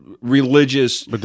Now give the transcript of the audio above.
religious